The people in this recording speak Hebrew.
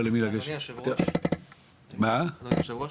אדוני היושב-ראש,